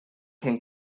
can